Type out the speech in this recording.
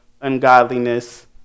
ungodliness